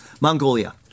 Mongolia